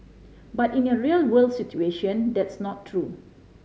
but in a real world situation that's not true